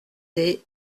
des